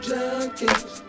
Junkies